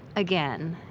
again,